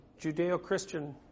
Judeo-Christian